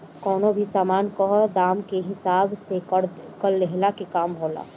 कवनो भी सामान कअ दाम के हिसाब से कर लेहला के काम होला